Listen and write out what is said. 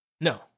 No